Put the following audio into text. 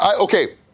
Okay